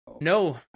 No